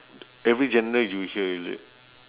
every genre you hear is it